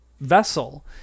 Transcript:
vessel